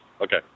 Okay